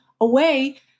away